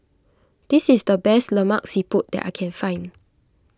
this is the best Lemak Siput that I can find